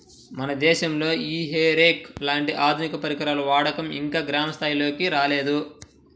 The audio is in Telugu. మన దేశంలో ఈ హే రేక్ లాంటి ఆధునిక పరికరాల వాడకం ఇంకా గ్రామ స్థాయిల్లోకి రాలేదు